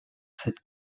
cette